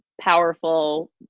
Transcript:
powerful